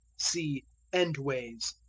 see endways.